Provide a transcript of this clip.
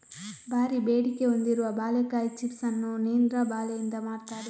ಭಾರೀ ಬೇಡಿಕೆ ಹೊಂದಿರುವ ಬಾಳೆಕಾಯಿ ಚಿಪ್ಸ್ ಅನ್ನು ನೇಂದ್ರ ಬಾಳೆಕಾಯಿಯಿಂದ ಮಾಡ್ತಾರೆ